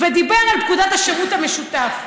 ודיבר על פקודת השירות המשותף,